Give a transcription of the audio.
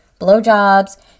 blowjobs